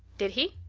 did he?